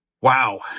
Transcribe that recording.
Wow